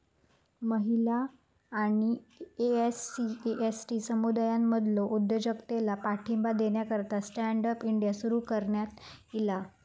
महिला आणि SC, ST समुदायांमधलो उद्योजकतेला पाठिंबा देण्याकरता स्टँड अप इंडिया सुरू करण्यात ईला